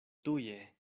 tuje